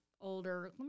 older